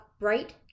right